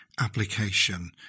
application